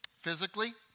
Physically